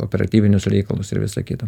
operatyvinius reikalus ir visa kita